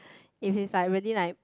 if it's like really like